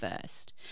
first